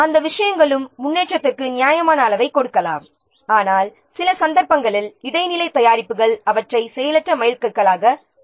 அவை முன்னேற்றத்திற்கு நியாயமான அளவைக் கொடுக்கலாம் ஆனால் சில சந்தர்ப்பங்களில் இடைநிலை தயாரிப்புகள் அவற்றை செயலற்ற மைல்கற்களாகப் பயன்படுத்தலாம்